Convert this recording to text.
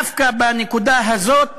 דווקא בנקודה הזאת